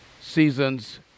Seasons